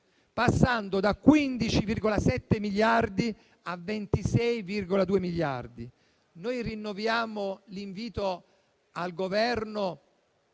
passando da 15,7 a 26,2 miliardi. Rinnoviamo l'invito al Governo